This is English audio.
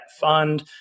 fund